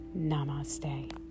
Namaste